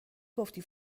گفتی